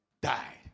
died